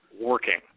working